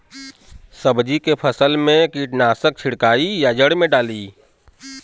सब्जी के फसल मे कीटनाशक छिड़काई या जड़ मे डाली?